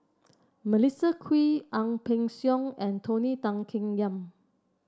Melissa Kwee Ang Peng Siong and Tony Tan Keng Yam